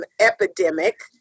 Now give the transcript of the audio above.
epidemic